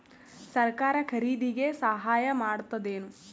ಸರಕಾರ ಖರೀದಿಗೆ ಸಹಾಯ ಮಾಡ್ತದೇನು?